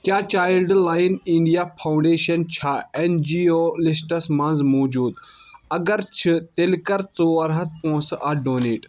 کیٛاہ child line India foundation چھا N G O لسٹَس منٛز موٗجوٗد اگر چھ تیٚلہِ کَر ژور ہتھ پونٛسہٕ اَتھ ڈونیٹ